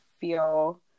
feel –